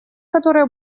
которые